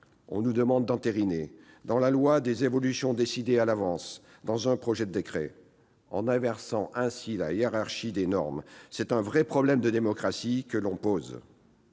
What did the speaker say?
on nous demande d'entériner dans la loi des évolutions décidées à l'avance, dans un projet de décret. En inversant ainsi la hiérarchie des normes, c'est un vrai problème de démocratie que l'on pose.